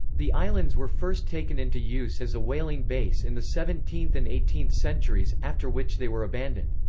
the islands were first taken into use as a whaling base in the seventeenth and eighteenth centuries, after which they were abandoned.